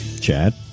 Chad